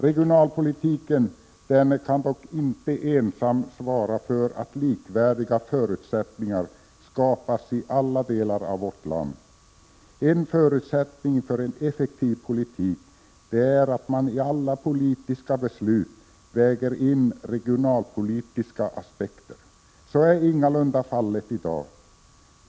Regionalpolitiken kan dock icke ensam svara för att likvärdiga förutsättningar skapas i alla delar av vårt land. En förutsättning för en effektiv politik är att man i alla politiska beslut väger in regionalpolitiska aspekter. Så är ingalunda fallet i dag.